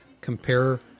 compare